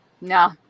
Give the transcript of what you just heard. No